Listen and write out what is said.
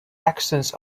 accents